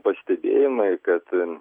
pastebėjimai kad